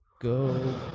go